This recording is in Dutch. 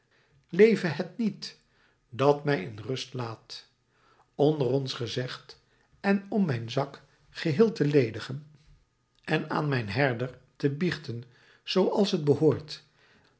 leve het niet dat mij in rust laat onder ons gezegd en om mijn zak geheel te ledigen en aan mijn herder te biechten zooals t behoort